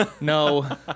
No